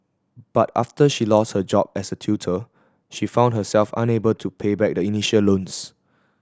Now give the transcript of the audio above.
but after she lost her job as a tutor she found herself unable to pay back the initial loans